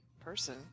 person